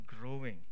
growing